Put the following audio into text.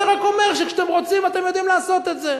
אני רק אומר שכשאתם רוצים אתם יודעים לעשות את זה.